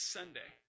Sunday